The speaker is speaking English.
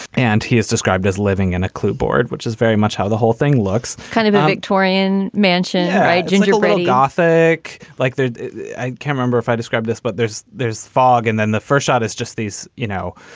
and he is described as living in a clue board, which is very much how the whole thing looks kind of a victorian mansion gingerbread gothic like i can remember if i describe this, but there's there's fog. and then the first shot is just these, you know,